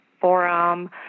forum